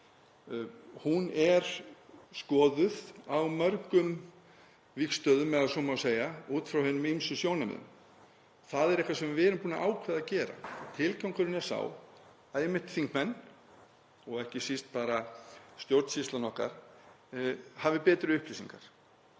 Hún er skoðuð á mörgum vígstöðvum, ef svo má segja, út frá hinum ýmsu sjónarmiðum. Það er eitthvað sem við erum búin að ákveða að gera. Tilgangurinn er sá að einmitt þingmenn, og ekki síst stjórnsýslan okkar, hafi betri upplýsingar.